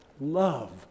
Love